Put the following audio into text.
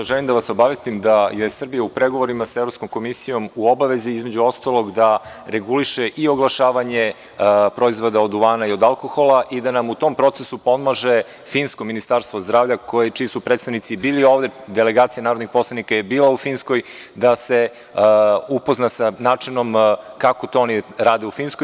Prvo, želim da bas obavestim da je Srbija u pregovorima sa Evropskom komisijom u obavezi, između ostalog, da reguliše i oglašavanje proizvoda od duvana i od alkohola i da nam u tom procesu pomaže finsko Ministarstvo zdravlja, čiji su predstavnici bili ovde, delegacija narodnih poslanika je bila u Finskoj, da se upozna sa načinom kako to oni rade u Finskoj.